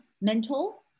mental